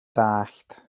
dallt